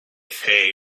fait